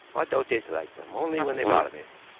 i don't dislike them, only when they bother me.